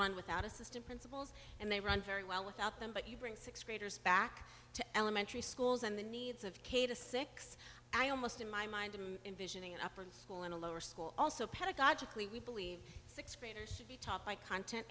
run without assistant principals and they run very well without them but you bring sixth graders back to elementary schools and the needs of k to six i almost in my mind i'm envisioning an upper school in a lower school also pedagogically we believe sixth graders should be taught by content